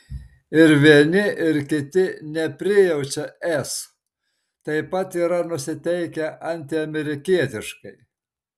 ir vieni ir kiti neprijaučia es taip pat yra nusiteikę antiamerikietiškai